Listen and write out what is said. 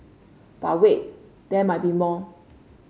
but wait there might be more